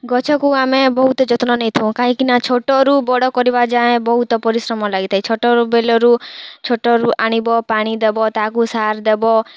ଗଛକୁ ଆମେ ବହୁତ ଯତ୍ନ ନେଇଥାଉ କାହିଁକିନା ଛୋଟରୁ ବଡ଼ କରିବା ଯାଏଁ ବହୁତ ପରିଶ୍ରମ ଲାଗିଥାଏ ଛୋଟରୁ ବେଲରୁ ଛୋଟରୁ ଆଣିବ ପାଣି ଦେବ ତାହାକୁ ସାର ଦେବ